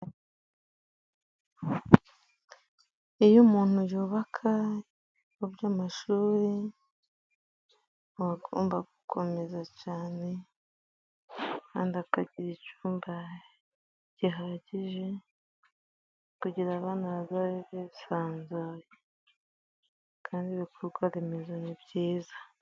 Iyo umuntu yubaka ibyumba by'amashuri aba agomba gukomeza cane, kandi akagira icyumba gihagije kugira abana bazabe bisanzuye kandi ibikorwa remezo ni byiza.